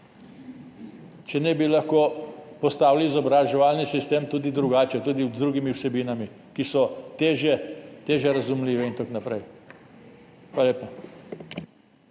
Če ne, bi lahko postavili izobraževalni sistem tudi drugače, tudi z drugimi vsebinami, ki so težje razumljive in tako naprej. Hvala lepa.